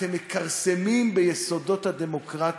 אתם מכרסמים ביסודות הדמוקרטיה.